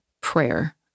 prayer